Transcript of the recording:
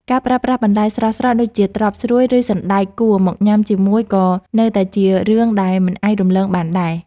ការប្រើប្រាស់បន្លែស្រស់ៗដូចជាត្រប់ស្រួយឬសណ្តែកគួរមកញ៉ាំជាមួយក៏នៅតែជារឿងដែលមិនអាចរំលងបានដែរ។